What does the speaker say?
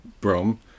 Brom